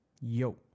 yo